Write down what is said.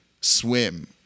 swim